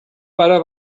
pare